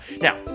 Now